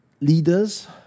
leaders